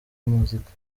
muzika